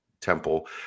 Temple